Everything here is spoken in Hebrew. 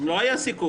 לא היה סיכום.